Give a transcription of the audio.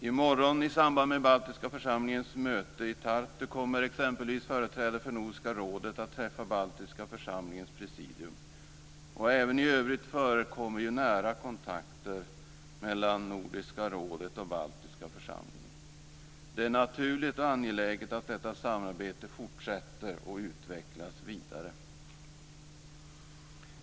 I morgon, i samband med Baltiska församlingens möte i Tartu, kommer exempelvis företrädare för Nordiska rådet att träffa Baltiska församlingens presidium. Även i övrigt förekommer nära kontakter mellan Nordiska rådet och Baltiska församlingen. Det är naturligt och angeläget att detta samarbete fortsätter och utvecklas vidare.